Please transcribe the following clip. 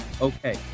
Okay